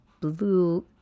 blue